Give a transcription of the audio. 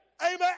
amen